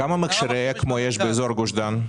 כמה מכשירי אקמו יש באזור גוש דן?